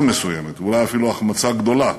החמצה מסוימת, אולי אפילו החמצה גדולה,